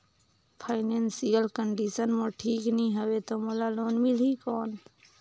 Financial condition मोर ठीक नी हवे तो मोला लोन मिल ही कौन??